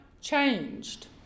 changed